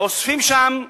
אוספים שם דגימות,